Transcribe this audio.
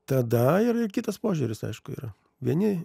tada ir kitas požiūris aišku yra vieni